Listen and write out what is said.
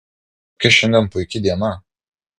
kokia šiandien puiki diena